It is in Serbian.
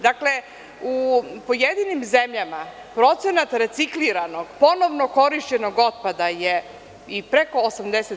Dakle, u pojedinim zemljama procenat recikliranog ponovno korišćenog otpada je i preko 80%